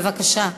בבקשה,